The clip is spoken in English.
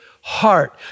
heart